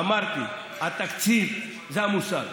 אמרתי: התקציב זה המושג.